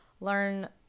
learn